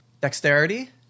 dexterity